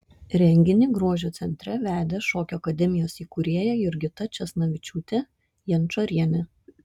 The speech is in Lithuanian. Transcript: renginį grožio centre vedė šokių akademijos įkūrėja jurgita česnavičiūtė jančorienė